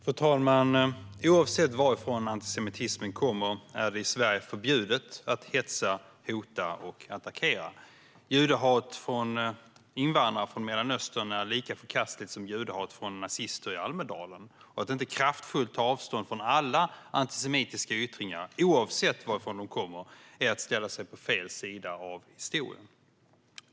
Fru talman! Oavsett varifrån antisemitismen kommer är det i Sverige förbjudet att hetsa, hota och attackera. Judehat från invandrare från Mellanöstern är lika förkastligt som judehat från nazister i Almedalen. Att inte kraftfullt ta avstånd från alla antisemitiska yttringar, oavsett varifrån de kommer, är att ställa sig på fel sida av historien.